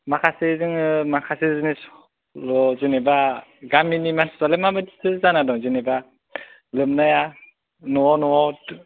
माखासे जोङो माखासे जिनिसल' जेनोबा गामिनि मानसिफ्रालाय माबायदिथो जाना दं जेनोबा लोमनाया न' न'